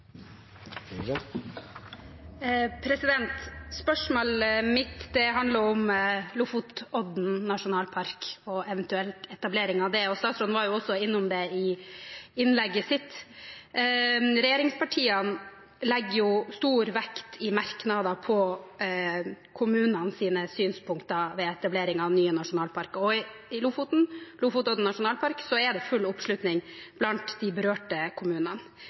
etablering av den. Statsråden var også innom det i innlegget sitt. Regjeringspartiene legger i merknadene stor vekt på kommunenes synspunkter ved etablering av nye nasjonalparker. Når det gjelder Lofotodden nasjonalpark, er det full oppslutning blant de berørte kommunene.